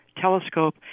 telescope